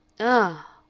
ah!